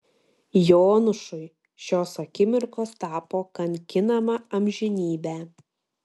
jonušui šios akimirkos tapo kankinama amžinybe